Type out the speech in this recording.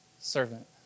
servant